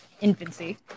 infancy